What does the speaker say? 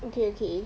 okay okay